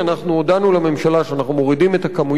אנחנו הודענו לממשלה שאנחנו מורידים את הכמויות,